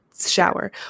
shower